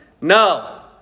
No